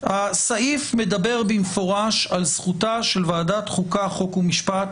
הסעיף מדבר במפורש על זכותה של ועדת החוקה חוק ומשפט,